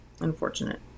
Unfortunate